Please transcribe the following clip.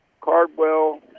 Cardwell